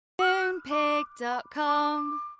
Moonpig.com